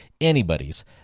anybody's